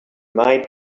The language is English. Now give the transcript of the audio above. might